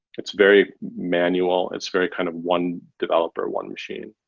it's very manual. it's very kind of one developer, one machine.